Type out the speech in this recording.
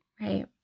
Right